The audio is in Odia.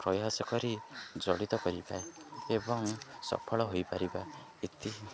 ପ୍ରୟାସ କରି ଜଡ଼ିତ କରିବା ଏବଂ ସଫଳ ହୋଇପାରିବା ଏତିକି